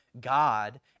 God